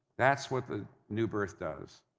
that's what the new birth does,